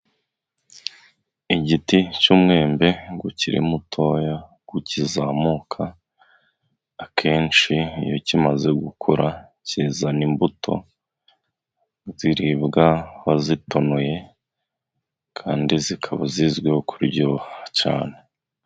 Igiti cy'umwembe ukiri mutoya, ukizamuka. Akenshi iyo kimaze gukura kizana imbuto ziribwa wazitonoye kandi zikaba zizwiho kuryoha cyane.